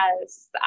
Yes